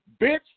bitch